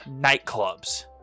nightclubs